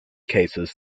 cases